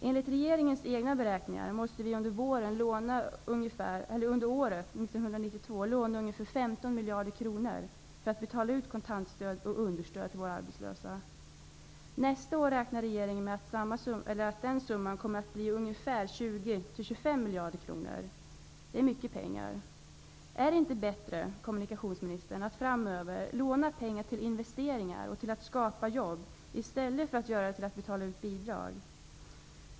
Enligt regeringens egna beräkningar måste vi under år 1992 låna ungefär 15 miljarder kronor för att betala ut kontantstöd och understöd till våra arbetslösa. Nästa år räknar regeringen med att summan kommer att vara ungefär 20--25 miljarder. Det är mycket pengar. Är det inte bättre, kommunikationsministern, att framöver låna pengar till investeringar och till att skapa jobb, i stället för att låna för att kunna betala ut bidrag?